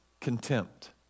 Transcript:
contempt